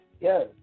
Yes